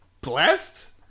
Blessed